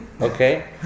Okay